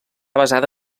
basada